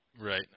Right